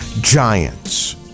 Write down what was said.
giants